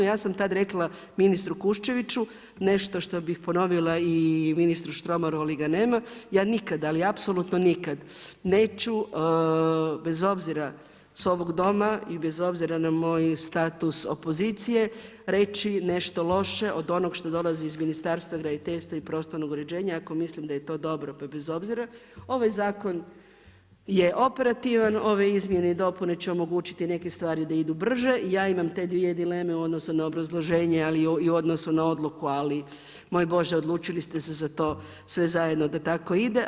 Ja sam tada rekla ministru Kuščeviću nešto što bih ponovila i ministru Štromaru ali ga nema, ja nikada ali apsolutno nikad neću bez obzira s ovog Doma i bez obzira na moj status opozicije, reći nešto loše od onog što dolazi iz Ministarstva graditeljstva i prostornog uređenja ako mislim da je to dobro pa bez obzira, ovaj zakon je operativan, ove izmjene i dopune će omogućiti neke stvari da idu brže, ja imam te dvije dileme u odnosu na obrazloženje, ali i u odnosu na odluku, ali moj Bože, odlučili ste se za to, sve zajedno da tako ide.